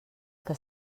que